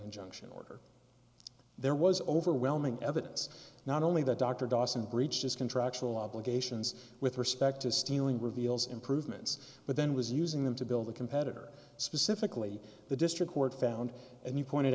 injunction order there was overwhelming evidence not only that dr dawson breaches contractual obligations with respect to stealing reveals improvements but then was using them to build a competitor specifically the district court found and you pointed